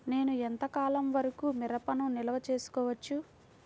నేను ఎంత కాలం వరకు మిరపను నిల్వ చేసుకోవచ్చు?